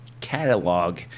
catalog